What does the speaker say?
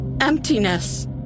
emptiness